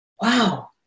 Wow